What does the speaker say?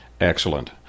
Excellent